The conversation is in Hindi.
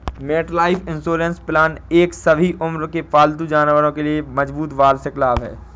मेटलाइफ इंश्योरेंस प्लान एक सभी उम्र के पालतू जानवरों के लिए मजबूत वार्षिक लाभ है